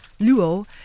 Luo